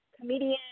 comedian